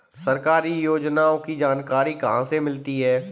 सरकारी योजनाओं की जानकारी कहाँ से मिलती है?